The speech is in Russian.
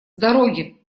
дороги